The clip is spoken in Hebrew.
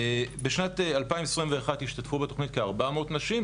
בשנת 2021 השתתפו בתוכנית כ-400 נשים,